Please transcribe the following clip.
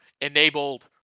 enabled